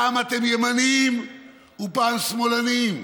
פעם אתם ימנים ופעם שמאלנים.